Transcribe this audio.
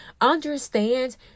understand